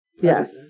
Yes